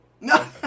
No